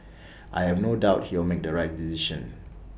I have no doubt he'll make the right decision